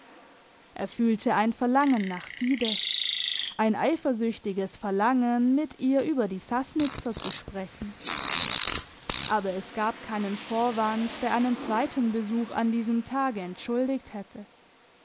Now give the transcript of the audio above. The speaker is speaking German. er fühlte ein verlangen nach fides ein eifersüchtiges verlangen mit ihr über die sassnitzer zu sprechen aber es gab keinen vorwand der einen zweiten besuch an diesem tage entschuldigt hätte